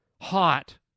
hot